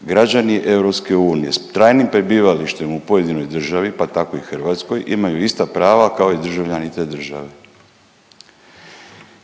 građani EU s trajnim prebivalištem u pojedinoj državi pa tako i Hrvatskoj imaju ista prava kao i državljani te države.